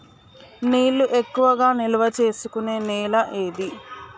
నీళ్లు ఎక్కువగా నిల్వ చేసుకునే నేల ఏది?